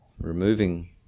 removing